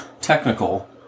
technical